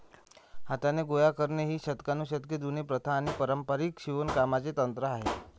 हाताने गोळा करणे ही शतकानुशतके जुनी प्रथा आणि पारंपारिक शिवणकामाचे तंत्र आहे